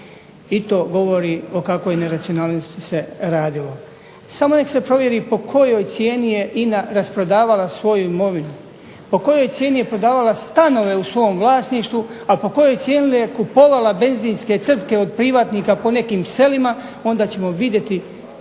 I to govori o kakvoj neracionalnosti se radilo. Samo nek' se provjeri po kojoj cijeni je INA rasprodavala svoju imovinu. Po kojoj cijeni je prodavala stanove u svom vlasništvu, a po kojoj cijeni je kupovala benzinske crpke od privatnika po nekim selima onda ćemo vidjeti